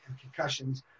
concussions